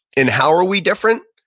and how are we different?